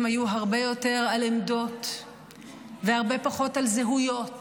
היו הרבה יותר על עמדות והרבה פחות על זהויות,